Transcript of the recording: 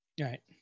Right